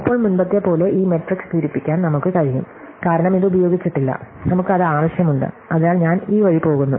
ഇപ്പോൾ മുമ്പത്തെപ്പോലെ ഈ മാട്രിക്സ് പൂരിപ്പിക്കാൻ നമുക്ക് കഴിയും കാരണം ഇത് ഉപയോഗിച്ചിട്ടില്ല നമുക്ക് അത് ആവശ്യമുണ്ട് അതിനാൽ ഞാൻ ഈ വഴി പോകുന്നു